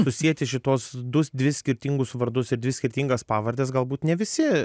susieti šituos du dvi skirtingus vardus ir dvi skirtingas pavardes galbūt ne visi